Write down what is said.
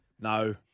no